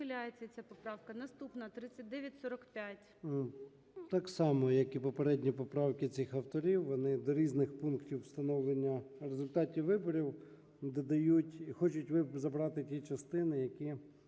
Так само, як і попередні поправки цих авторів, вони до різних пунктів встановлення результатів виборів додають, хочуть забрати ті частини, які